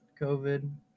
covid